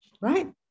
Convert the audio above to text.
right